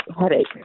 headache